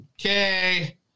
okay